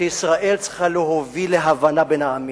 שישראל צריכה להוביל להבנה בין העמים,